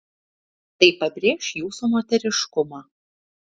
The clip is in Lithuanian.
tai pabrėš jūsų moteriškumą